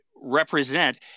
represent